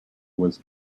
was